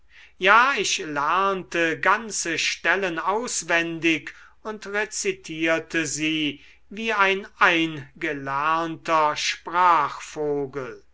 ja ich lernte ganze stellen auswendig und rezitierte sie wie ein